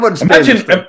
Imagine